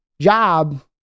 job